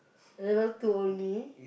level two only